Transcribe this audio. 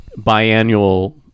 biannual